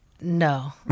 No